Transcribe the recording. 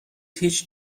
هیچ